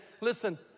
listen